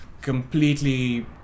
completely